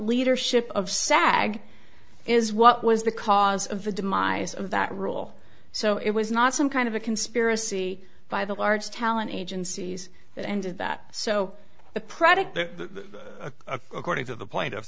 leadership of sag is what was the cause of the demise of that rule so it was not some kind of a conspiracy by the large talent agencies that ended that so the predicate according to the point of